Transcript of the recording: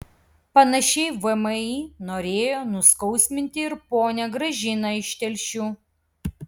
panašiai vmi norėjo nuskausminti ir ponią gražiną iš telšių